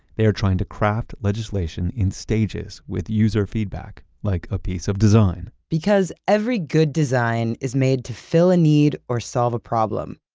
they are trying to craft legislation in stages with user feedback, like a piece of design because every good design is made to fill a need or solve a problem.